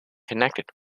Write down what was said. connected